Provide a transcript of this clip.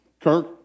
Kirk